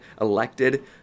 elected